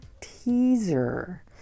Teaser